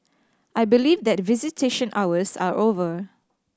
I believe that visitation hours are over